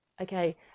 Okay